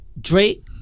Drake